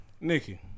Nikki